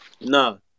No